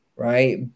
Right